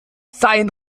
sein